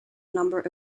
number